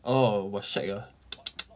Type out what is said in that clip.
ugh !wah! shag ah